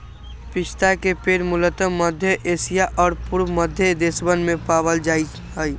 पिस्ता के पेड़ मूलतः मध्य एशिया और पूर्वी मध्य देशवन में पावल जा हई